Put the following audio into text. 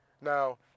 Now